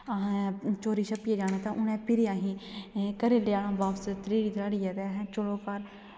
असें चोरी छप्पियै जाना तां उ'नें फिरी असें ई घरै ई लेआना बापस तरीह्ड़ी तराह्ड़ियै ते अहें चलो घर